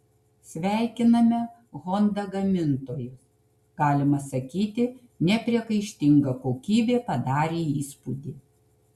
sveikiname honda gamintojus galima sakyti nepriekaištinga kokybė padarė įspūdį